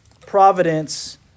providence